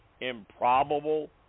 improbable